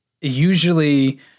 usually